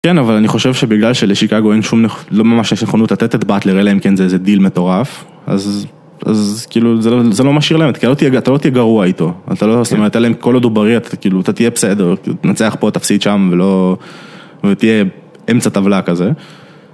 כן, אבל אני חושב שבגלל שלשיקגו אין שום... לא ממש יש נכונות לתת את באטלר, אלא אם כן זה איזה דיל מטורף, אז כאילו זה לא משאיר להם.. אתה לא תהיה גרוע איתו, אתה לא.. זאת אומרת, אלא אם כל עוד הוא בריא, אתה כאילו, אתה תהיה בסדר, תנצח פה, תפסיד שם, ולא.. ותהיה אמצע טבלה כזה.